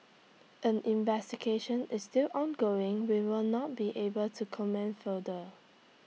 as investigation is still ongoing we will not be able to comment further